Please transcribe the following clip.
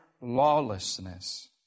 lawlessness